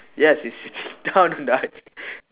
yes it's sitting down in the ice